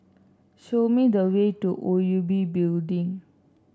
show me the way to O U B Building